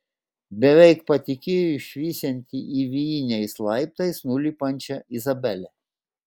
beveik patikėjo išvysianti įvijiniais laiptais nulipančią izabelę